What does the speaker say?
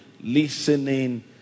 listening